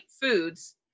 Foods